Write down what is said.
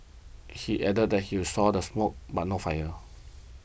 he added that he'll saw the smoke but no fire